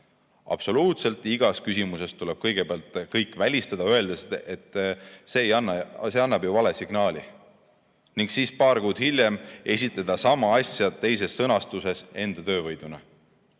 Absoluutselt igas küsimuses tuleb kõigepealt kõik välistada, öeldes, et see annab ju vale signaali, ning siis paar kuud hiljem esitletakse sama asja teises sõnastuses enda töövõiduna.